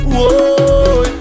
Whoa